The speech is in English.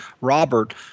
Robert